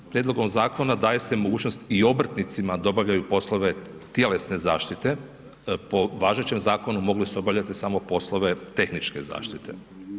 Ovim prijedlogom zakona daje se mogućnost i obrtnicima da obavljaju poslove tjelesne zaštite, po važećem zakonu mogli su obavljati samo poslove tehničke zaštite.